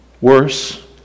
Worse